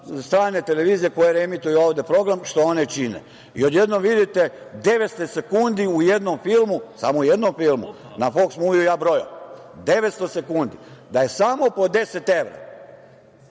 strane televizije koje reemituju ovde program, što one čine. Odjednom vidite 900 sekundi u jednom filmu, samo u jednom filmu na „Foks muviju“, ja brojao, 900 sekundi da je samo po 10 evra,